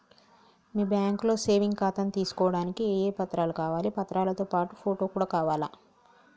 మీ బ్యాంకులో సేవింగ్ ఖాతాను తీసుకోవడానికి ఏ ఏ పత్రాలు కావాలి పత్రాలతో పాటు ఫోటో కూడా కావాలా?